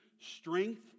strength